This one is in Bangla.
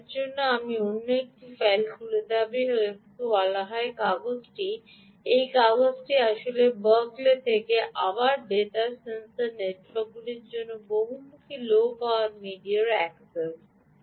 সুতরাং এর জন্য আমি অন্য একটি ফাইল খুলি যাকে একে বলা হয় এই কাগজটিকে এই কাগজটি বলা হয় বার্কলে থেকে আবার বেতার সেন্সর নেটওয়ার্কগুলির জন্য বহুমুখী লো পাওয়ার মিডিয়া অ্যাক্সেস